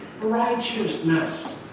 righteousness